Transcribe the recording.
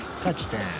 Touchdown